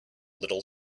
little